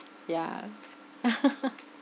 yeah